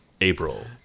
April